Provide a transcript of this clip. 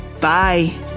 Bye